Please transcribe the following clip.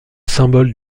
symbole